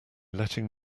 letting